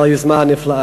על היוזמה הנפלאה.